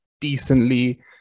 decently